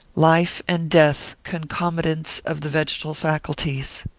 life and death concomitants of the vegetal faculties.